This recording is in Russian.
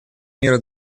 мира